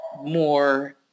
more